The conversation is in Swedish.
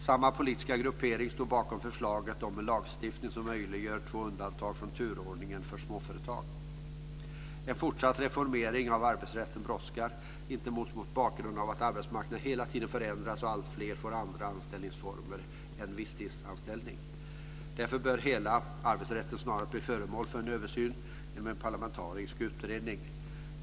Samma politiska gruppering stod bakom förslaget om en lagstiftning som möjliggör två undantag från turordningen för småföretag. En fortsatt reformering av arbetsrätten brådskar, inte minst mot bakgrund av att arbetsmarknaden hela tiden förändras och alltfler får andra anställningsformer än visstidsanställning. Därför bör hela arbetsrätten snarast bli föremål för en översyn genom en parlamentarisk utredning.